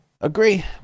agree